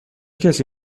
کسی